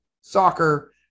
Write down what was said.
soccer